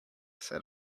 said